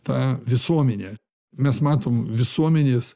tą visuomenę mes matom visuomenės